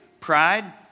Pride